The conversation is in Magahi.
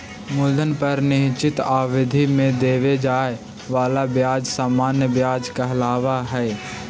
मूलधन पर निश्चित अवधि में देवे जाए वाला ब्याज सामान्य व्याज कहलावऽ हई